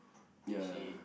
ya